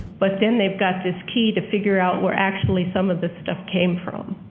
but then they've got this key to figure out where actually some of this stuff came from.